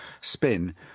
spin